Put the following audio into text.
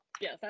Yes